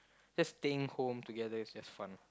just staying home together is just fun